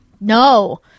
No